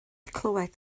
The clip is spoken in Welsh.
clywed